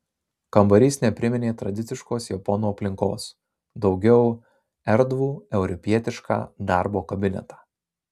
kambarys nepriminė tradiciškos japonų aplinkos daugiau erdvų europietišką darbo kabinetą